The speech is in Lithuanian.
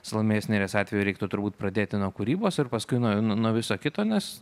salomėjos nėries atveju reiktų turbūt pradėti nuo kūrybos ir paskui nuo nuo viso kito nes